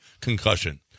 concussion